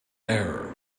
error